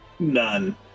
none